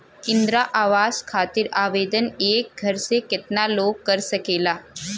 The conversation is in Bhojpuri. इंद्रा आवास खातिर आवेदन एक घर से केतना लोग कर सकेला?